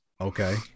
Okay